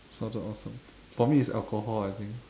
sounded awesome for me is alcohol I think